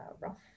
rough